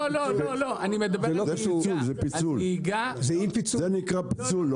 זה נקרא פיצול.